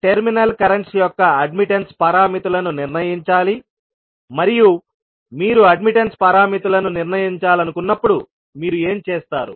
మనం terminal currents యొక్క admittance పారామితులను నిర్ణయించాలి మరియు మీరు అడ్మిట్టన్స్ పారామితులను నిర్ణయించాలనుకున్నప్పుడు మీరు ఏమి చేస్తారు